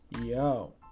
Yo